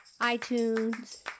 iTunes